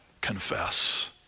confess